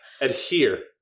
adhere